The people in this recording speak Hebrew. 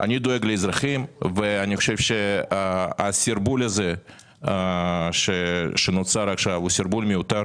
אני חושב שהסרבול הזה שנוצר עכשיו הוא סרבול מיותר